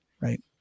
right